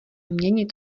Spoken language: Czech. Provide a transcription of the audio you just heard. měnit